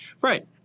right